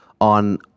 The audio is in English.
on